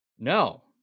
No